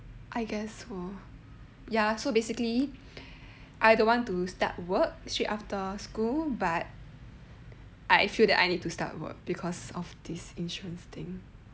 I guess so ya so basically I don't want to start work straight after school but I feel that I need to start work because of this insurance thing